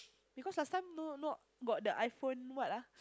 because last time no no got the iPhone what ah